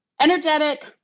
energetic